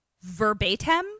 verbatim